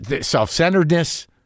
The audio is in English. self-centeredness